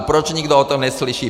Proč nikdo o tom neslyší?